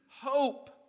hope